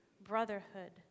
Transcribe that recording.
brotherhood